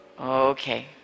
Okay